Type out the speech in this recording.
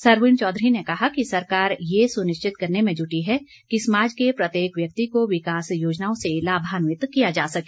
सरवीण चौधरी ने कहा कि सरकार ये सुनिश्चित करने में जूटी है कि समाज के प्रत्येक व्यक्ति को विकास योजनाओं से लाभान्वित किया जा सके